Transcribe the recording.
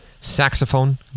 saxophone